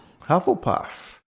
Hufflepuff